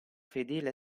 fedele